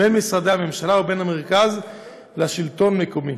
בין משרדי הממשלה ובין המרכז לשלטון מקומי.